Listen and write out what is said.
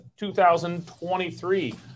2023